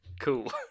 cool